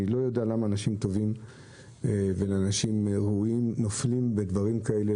אני לא יודע למה אנשים טובים וראויים נופלים בדברים כאלה,